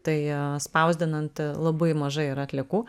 tai spausdinant labai mažai yra atliekų